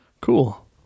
Cool